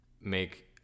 make